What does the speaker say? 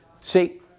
See